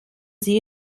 sie